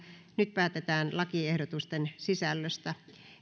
nyt päätetään lakiehdotusten sisällöstä